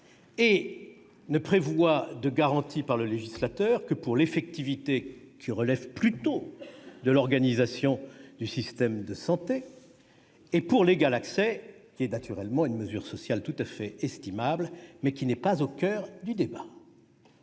et ne prévoit de garanties par le législateur que pour son « effectivité », qui relève plutôt de l'organisation du système de santé, et pour son « égal accès », qui est naturellement une mesure sociale tout à fait estimable, mais qui n'est pas au coeur du débat.